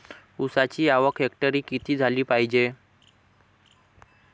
ऊसाची आवक हेक्टरी किती झाली पायजे?